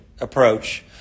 approach